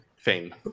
Fame